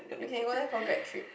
you can go there for grad trip